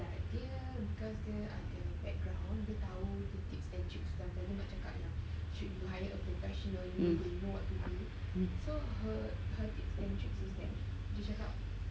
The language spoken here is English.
mm